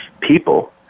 people